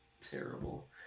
terrible